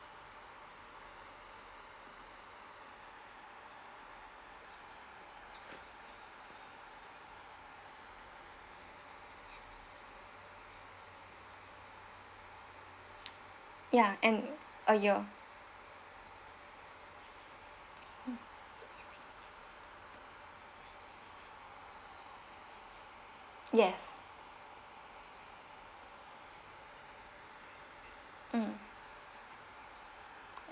ya and oh ya yes mm